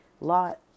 Lot